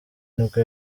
nibwo